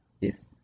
Yes